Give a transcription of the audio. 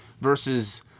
versus